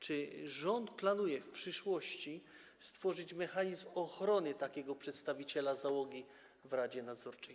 Czy rząd planuje w przyszłości stworzyć mechanizm ochrony takiego przedstawiciela załogi w radzie nadzorczej?